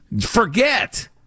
forget